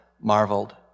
marveled